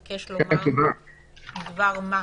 ביקש לומר דבר מה.